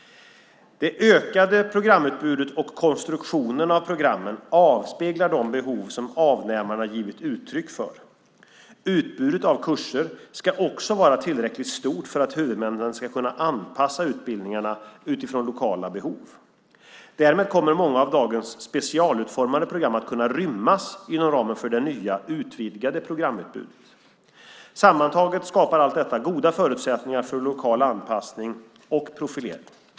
Det ökade programutbudet och konstruktionen av programmen avspeglar de behov som avnämarna givit uttryck för. Utbudet av kurser ska också vara tillräckligt stort för att huvudmännen ska kunna anpassa utbildningarna utifrån lokala behov. Därmed kommer många av dagens specialutformade program att kunna rymmas inom ramen för det nya, utvidgade programutbudet. Sammantaget skapar allt detta goda förutsättningar för lokal anpassning och profilering.